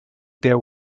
der